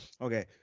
okay